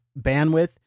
bandwidth